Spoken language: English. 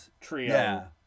trio